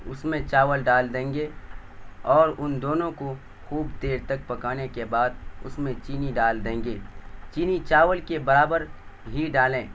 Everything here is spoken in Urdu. اس میں چاول ڈال دیں گے اور ان دونوں کو خوب دیر تک پکانے کے بعد اس میں چینی ڈال دیں گے چینی چاول کے برابر ہی ڈالیں